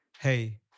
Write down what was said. hey